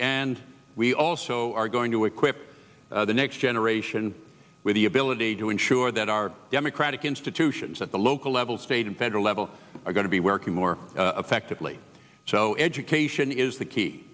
and we also are going to equip the next generation with the ability to ensure that our democratic institutions at the local levels state and federal level are going to be working more effectively so education is the key